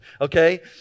okay